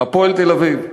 "הפועל תל-אביב".